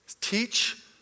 Teach